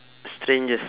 strangest